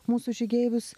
mūsų žygeivius